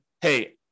hey